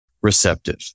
receptive